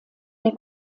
der